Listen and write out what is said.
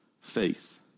faith